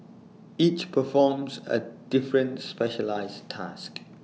each performs A different specialised task